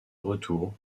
retour